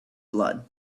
blood